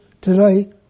today